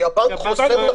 כי הבנק חוסם את החשבון.